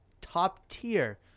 top-tier